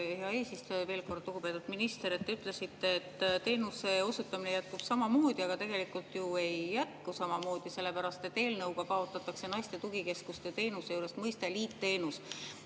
hea eesistuja! Lugupeetud minister! Te ütlesite, et teenuse osutamine jätkub samamoodi, aga tegelikult ju ei jätku samamoodi, sellepärast et eelnõuga kaotatakse naiste tugikeskuste teenuse juurest mõiste "liitteenus".